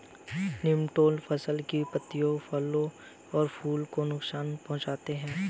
nematode फसल की पत्तियों फलों और फूलों को नुकसान पहुंचाते हैं